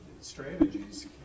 strategies